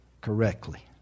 correctly